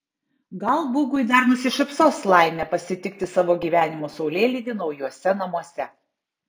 gal bugui dar nusišypsos laimė pasitikti savo gyvenimo saulėlydį naujuose namuose